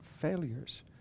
failures